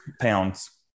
pounds